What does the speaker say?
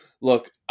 Look